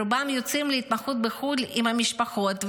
רובם יוצאים להתמחות בחו"ל עם המשפחות,